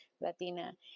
Latina